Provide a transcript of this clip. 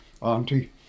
auntie